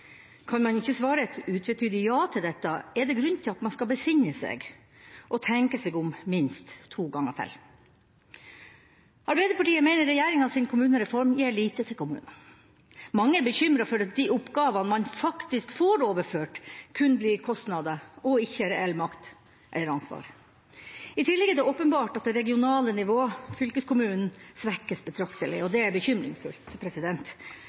Kan man ikke svare et utvetydig ja til dette, er det grunn til at man skal besinne seg og tenke seg om minst to ganger til. Arbeiderpartiet mener regjeringas kommunereform gir lite til kommunene. Mange er bekymret for at de oppgavene man faktisk får overført, kun blir kostnader og ikke reell makt eller ansvar. I tillegg er det åpenbart at det regionale nivå, fylkeskommunen, svekkes betraktelig, og det er bekymringsfullt.